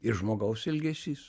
ir žmogaus elgesys